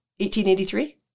1883